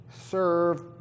serve